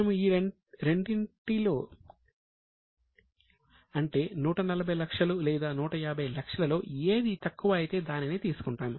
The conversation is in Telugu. మనము ఈ రెండిటిలో అంటే 140 లక్షలు లేదా 150 లక్షల లో ఏది తక్కువ అయితే దానినే తీసుకుంటాము